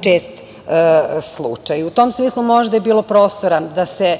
čest slučaj. U tom smislu možda je bilo prostora da se